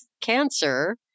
cancer